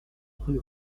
rue